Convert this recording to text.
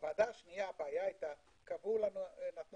בוועדה השנייה הבעיה היתה קבעו לנו,